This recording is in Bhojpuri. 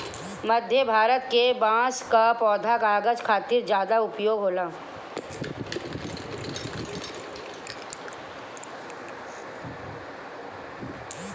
मध्य भारत के बांस कअ पौधा कागज खातिर ज्यादा उपयोग होला